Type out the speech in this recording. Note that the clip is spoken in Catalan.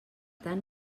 tant